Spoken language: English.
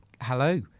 Hello